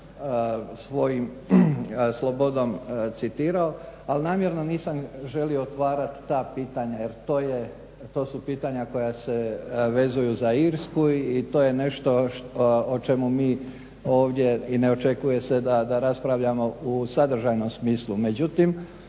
svojom slobodom citirao, ali namjerno nisam želio otvarati ta pitanja jer to su pitanja koja se vezuju za Irsku i to je nešto o čemu mi ovdje i ne očekuje se da raspravljamo u sadržajnom smislu. Međutim,